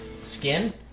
skin